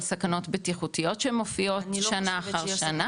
על סכנות בטיחותיות שמופיעה שנה אחר שנה.